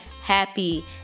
happy